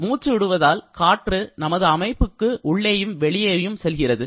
மூச்சு விடுவதால் காற்று நமது அமைப்புக்கு உள்ளேயும் வெளியேயும் செல்கின்றது